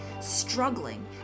struggling